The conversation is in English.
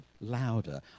louder